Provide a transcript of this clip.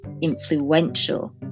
influential